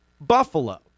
Buffalo